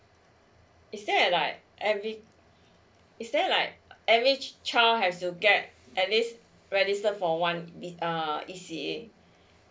is there a like ever~ is there a like every child has to get at least register for one mm C C A